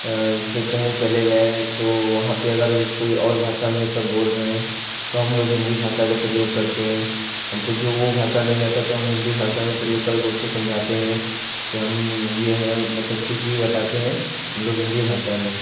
जैसे कही चले गए तो वहाँ पे अगर कोई और भाषा में सब बोल रहे तो हम लोग हिंदी भाषा का प्रयोग करते है हमको जो वो भाषा नहीं आता तो हम हिंदी भाषा में प्रयोग करके उसको समझाते है कि हम ये है मतलब कुछ भी बताते है हम लोग हिंदी भाषा में